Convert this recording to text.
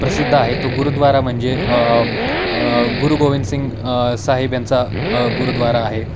प्रसिद्ध आहे तो गुरुद्वारा म्हणजे गुरु गोविंदसिंग साहेब यांचा गुरुद्वारा आहे